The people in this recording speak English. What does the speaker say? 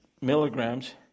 milligrams